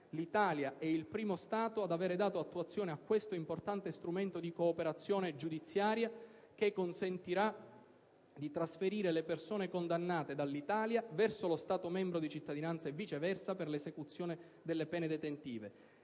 L'Italia è il primo Stato ad avere dato attuazione a questo importante strumento di cooperazione giudiziaria, che consentirà di trasferire le persone condannate dal nostro Paese verso lo Stato membro di cittadinanza e viceversa per l'esecuzione delle pene detentive.